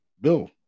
Bill